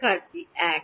শিক্ষার্থী ১